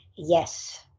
Yes